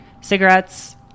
cigarettes